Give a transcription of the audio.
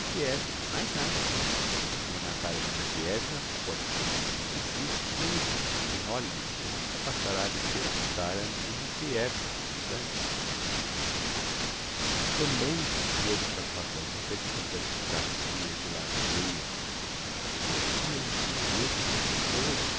mais nada e a natalia dmitrievna pode pôr em cima de si meio cento de crinólines que nunca passará de ser a natalia dmitrievna como d'antes tambem o senhor meu caro pavel é um representante da aristocracia de lá veiu aqui onde me vê ouso